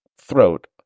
throat